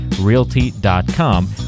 realty.com